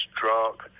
drunk